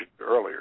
earlier